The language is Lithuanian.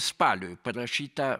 spaliui parašyta